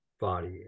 body